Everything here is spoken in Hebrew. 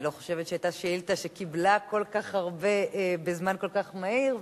אני לא חושבת שהיתה שאילתא שקיבלה כל כך הרבה בזמן כל כך מהיר,